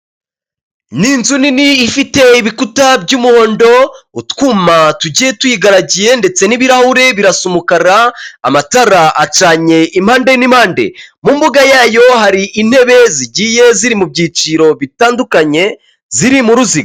Ni inzu nini ifite ibikuta by'umuhondo, utwuma tugiye tuyigaragiye ndetse n'ibirahuri birasa umukara, amatara acanye impande n'impande. Mu mbuga yayo, hari intebe zigiye ziri mu byiciro bitandukanye ziri mu ruziga.